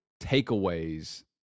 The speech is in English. takeaways